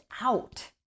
out